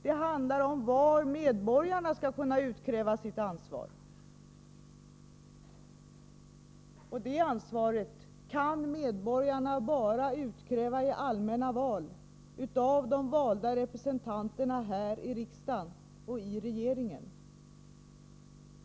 Det handlar om var medborgarna skall kunna utkräva sitt ansvar. Det ansvaret kan medborgarna bara utkräva i allmänna val av de valda representanterna här i riksdagen och i regeringen.